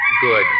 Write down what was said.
good